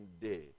day